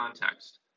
context